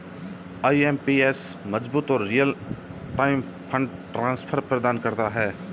IMPS मजबूत और real time fund transfer प्रदान करता है